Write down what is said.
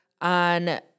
on